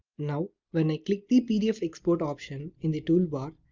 now, when i click the pdf export option in the toolbar,